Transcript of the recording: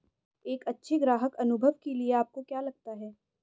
एक अच्छे ग्राहक अनुभव के लिए आपको क्या लगता है?